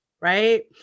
right